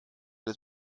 des